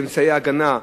באמצעי הגנה,